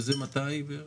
מתי זה יהיה בערך?